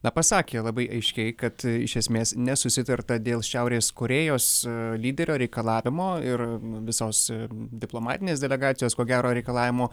na pasakė labai aiškiai kad iš esmės nesusitarta dėl šiaurės korėjos lyderio reikalavimo ir visos diplomatinės delegacijos ko gero reikalavimo